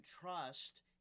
trust